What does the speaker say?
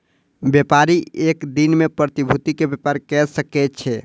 व्यापारी एक दिन में प्रतिभूति के व्यापार कय सकै छै